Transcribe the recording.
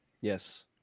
Yes